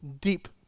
deep